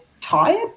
tired